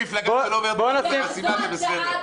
זו הצעה,